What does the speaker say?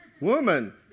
woman